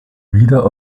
wieder